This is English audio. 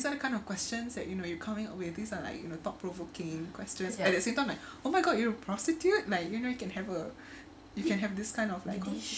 these sort of kind of questions that you know you coming away based on like you gonna talk provoking questions at the same time like oh my god you're a prostitute man you know you can have a you can have uh this kind of like